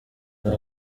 hari